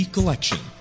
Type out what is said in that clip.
Collection